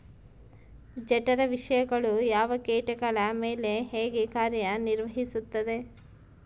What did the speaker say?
ಜಠರ ವಿಷಯಗಳು ಯಾವ ಕೇಟಗಳ ಮೇಲೆ ಹೇಗೆ ಕಾರ್ಯ ನಿರ್ವಹಿಸುತ್ತದೆ?